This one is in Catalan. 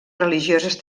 religioses